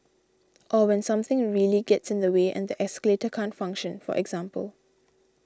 or when something really gets in the way and the escalator can't function for example